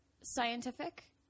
scientific